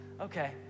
Okay